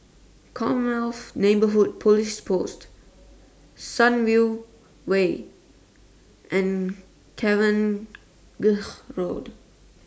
Commonwealth Neighbourhood Police Post Sunview Way and Cavenagh Road